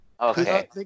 Okay